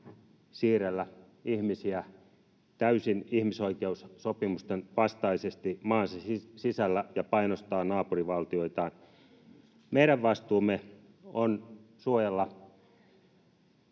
siirrellä ihmisiä täysin ihmisoikeussopimusten vastaisesti maan sisällä ja painostaa naapurivaltioitaan. Meidän vastuumme on suojella